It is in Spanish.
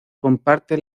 comparte